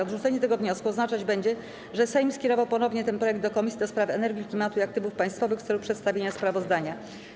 Odrzucenie tego wniosku oznaczać będzie, że Sejm skierował ponownie ten projekt do Komisji do Spraw Energii, Klimatu i Aktywów Państwowych w celu przedstawienia sprawozdania.